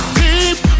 deep